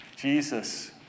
Jesus